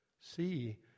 see